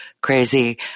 crazy